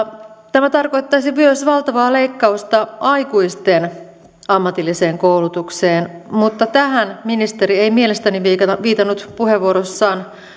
tämä tarkoittaisi myös valtavaa leikkausta aikuisten ammatilliseen koulutukseen mutta tähän ministeri ei mielestäni viitannut viitannut puheenvuorossaan